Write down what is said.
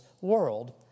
world